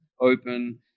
open